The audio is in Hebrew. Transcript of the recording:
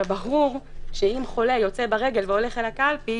ברור שאם חולה יוצא ברגל והולך אל הקלפי,